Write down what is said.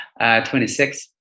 26